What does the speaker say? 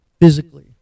physically